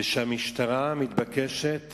והמשטרה מתבקשת